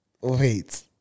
Wait